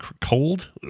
Cold